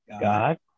God